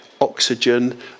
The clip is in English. oxygen